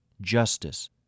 justice